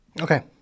Okay